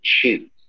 choose